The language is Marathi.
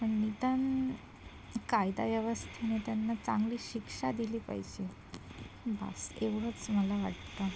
पण निदान कायदा व्यवस्थेने त्यांना चांगली शिक्षा दिली पाहिजे बास एवढंच मला वाटतं